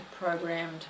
programmed